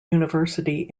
university